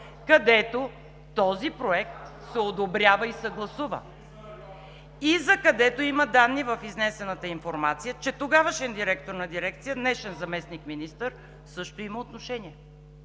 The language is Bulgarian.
където този проект се одобрява и съгласува и закъдето има данни в изнесената информация, че тогавашен директор на дирекция – днешен заместник-министър, също има отношение.